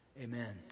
Amen